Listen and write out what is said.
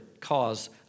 cause